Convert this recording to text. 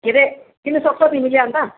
के अरे दिनु सक्छौ तिमीले अन्त